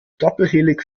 doppelhelix